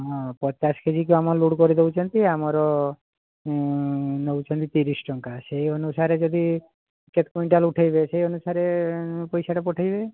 ହଁ ପଚାଶ କେଜିକି ଆମର ଲୋଡ଼୍ କରି ଦେଉଛନ୍ତି ଆମର ନେଉଛନ୍ତି ତିରିଶ ଟଙ୍କା ସେଇ ଅନୁସାରେ ଯଦି କେତେ କ୍ଵିଣ୍ଟାଲ ଉଠାଇବେ ସେଇ ଅନୁସାରେ ପଇସାଟା ପଠାଇବେ